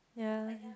ya